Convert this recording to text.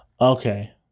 Okay